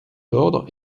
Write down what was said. l’ordre